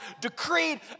decreed